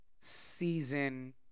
season